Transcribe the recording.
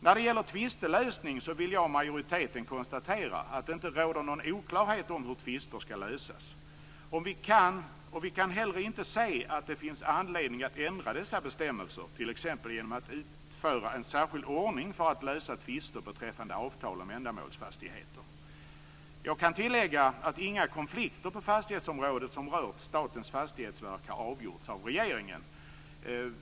När det gäller tvistelösning vill jag och majoriteten konstatera att det inte råder någon oklarhet om hur tvister skall lösas. Och vi kan heller inte se att det finns anledning att ändra dessa bestämmelser t.ex. genom att utföra en särskild ordning för att lösa tvister beträffande avtal om ändamålsfastigheter. Jag kan tillägga att inga konflikter på fastighetsområdet som rör Statens fastighetsverk har avgjorts av regeringen.